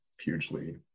hugely